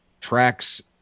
tracks